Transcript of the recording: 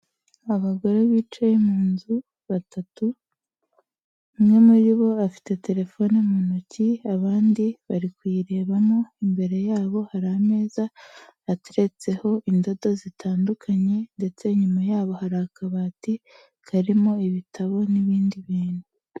Abagore bicaye mu nzu batatu, umwe muri bo afite telefone mu ntoki, abandi bari kuyirebamo, imbere yabo hari ameza ateretseho indodo zitandukanye, ndetse inyuma yabo hari akabati karimo ibitabo n'ibindi bintu.